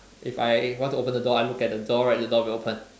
if I want to open the door I look at the door right the door will open